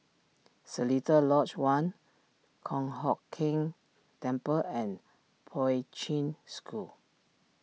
Seletar Lodge one Kong Hock Keng Temple and Poi Ching School